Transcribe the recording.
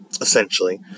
essentially